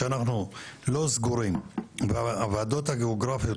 אנחנו הופענו בפני הוועדה כבעלי עניין.